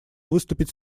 выступить